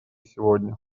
сегодня